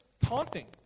taunting